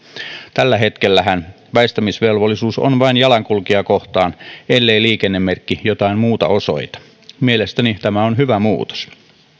tällä hetkellähän väistämisvelvollisuus on vain jalankulkijaa kohtaan ellei liikennemerkki jotain muuta osoita mielestäni tämä on hyvä muutos